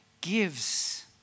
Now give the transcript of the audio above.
gives